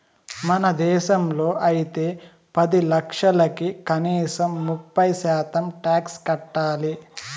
మన దేశంలో అయితే పది లక్షలకి కనీసం ముప్పై శాతం టాక్స్ కట్టాలి